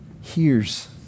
hears